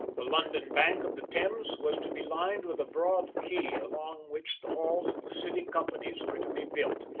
the london bank of the thames was to be lined with a broad quay along which the halls of the city companies were to be built,